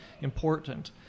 important